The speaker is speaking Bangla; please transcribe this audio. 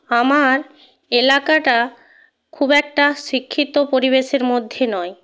আমার এলাকাটা খুব একটা শিক্ষিত পরিবেশের মধ্যে নয়